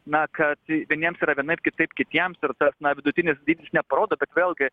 na kad vieniems yra vienaip kitaip kitiems ir tas na vidutinis dydis neparodo bet vėlgi